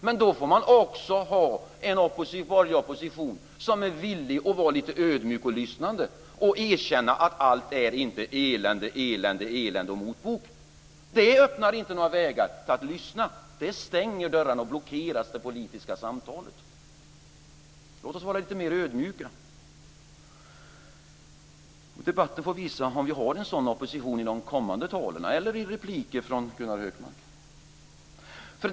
Men då ska vi ha en borgerlig opposition som är villig att vara lite ödmjuk och lyssnande och som erkänner att allt inte är elände, elände, elände och motbok. Det öppnar inte några vägar till att lyssna, utan det stänger dörrarna och blockerar det politiska samtalet. Låt oss vara lite mer ödmjuka. Debatten får visa om vi har en sådan opposition i de kommande talen eller i replikerna från Gunnar Hökmark.